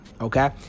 Okay